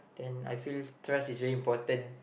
then I feel trust is very important